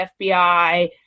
fbi